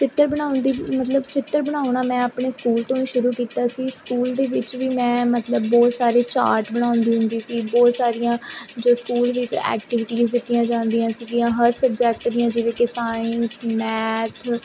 ਚਿੱਤਰ ਬਣਾਉਣ ਦੀ ਮਤਲਬ ਚਿੱਤਰ ਬਣਾਉਣਾ ਮੈਂ ਆਪਣੇ ਸਕੂਲ ਤੋਂ ਹੀ ਸ਼ੁਰੂ ਕੀਤਾ ਸੀ ਸਕੂਲ ਦੇ ਵਿੱਚ ਵੀ ਮੈਂ ਮਤਲਬ ਬਹੁਤ ਸਾਰੇ ਚਾਰਟ ਬਣਾਉਂਦੀ ਹੁੰਦੀ ਸੀ ਬਹੁਤ ਸਾਰੀਆਂ ਜੋ ਸਕੂਲ ਵਿੱਚ ਐਕਟੀਵਿਟੀਜ਼ ਦਿੱਤੀਆਂ ਜਾਂਦੀਆਂ ਸੀਗੀਆਂ ਹਰ ਸਬਜੈਕਟ ਦੀਆਂ ਜਿਵੇਂ ਕਿ ਸਾਇੰਸ ਮੈਥ